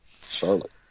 Charlotte